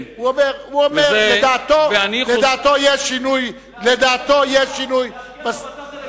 לדעתו יש שינוי בסטטוס-קוו.